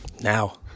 now